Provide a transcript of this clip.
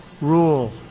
rule